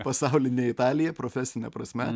pasaulyje nei italija profesine prasme